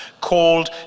called